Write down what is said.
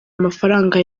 amafaranga